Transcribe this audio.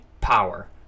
power